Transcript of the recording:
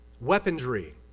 weaponry